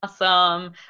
Awesome